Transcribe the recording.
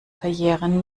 verjähren